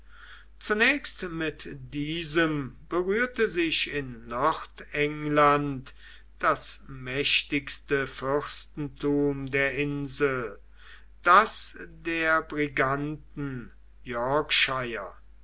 zunächst mit diesem berührte sich in nordengland das mächtigste fürstentum der insel das der briganten